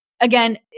again